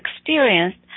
experienced